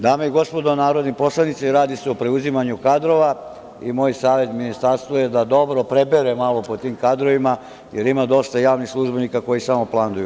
Dame i gospodo narodni poslanici, radi se o preuzimanju kadrova i moj savet ministarstvu je da dobro prebere malo po tim kadrovima, jer ima dosta javnih službenika koji samo planduju.